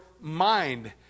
mind